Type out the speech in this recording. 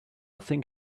think